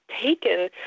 taken